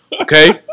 Okay